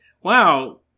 wow